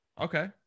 okay